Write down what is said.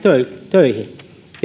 töihin